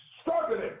struggling